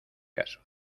caso